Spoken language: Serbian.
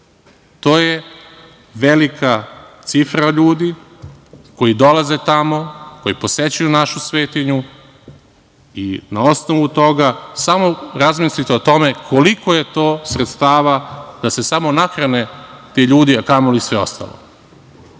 je velika cifra ljudi, koji dolaze tamo, koji posećuju našu svetinju i na osnovu toga, samo razmislite o tome koliko je to sredstava da se samo nahrane ti ljudi, a kamo li sve ostalo. Ovim